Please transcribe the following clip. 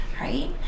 right